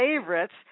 favorites